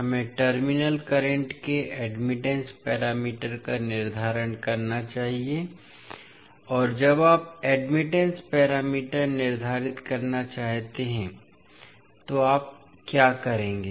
हमें terminal current के admittance parameter का निर्धारण करना चाहिए और जब आप एडमिटेंस पैरामीटर निर्धारित करना चाहते हैं तो आप क्या करेंगे